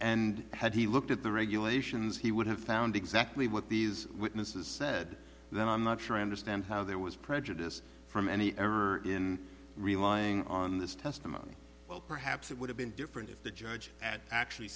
and had he looked at the regulations he would have found exactly what these witnesses said then i'm not sure i understand how there was prejudice from any error in relying on this testimony well perhaps it would have been different if the judge at actually